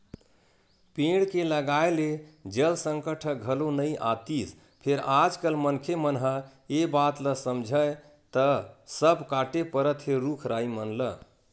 पेड़ के लगाए ले जल संकट ह घलो नइ आतिस फेर आज कल मनखे मन ह ए बात ल समझय त सब कांटे परत हे रुख राई मन ल